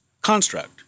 construct